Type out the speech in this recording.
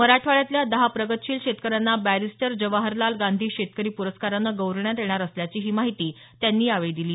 मराठवाड्यातल्या दहा प्रगतशील शेतकऱ्यांना बॅरिस्टर जवाहरलाल गांधी शेतकरी प्रस्कारनं गौरवण्यात येणार असल्याची माहितीही त्यांनी दिली